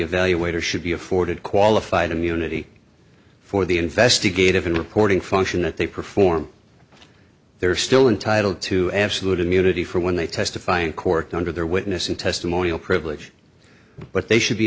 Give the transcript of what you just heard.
evaluator should be afforded qualified immunity for the investigative reporting function that they perform their still entitle to absolute immunity for when they testify in court under their witness and testimonial privilege but they should be